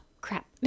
crap